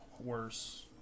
worse